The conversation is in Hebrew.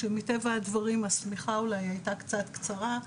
כשמטבע הדברים השמיכה אולי הייתה קצת קצרה,